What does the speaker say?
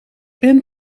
ben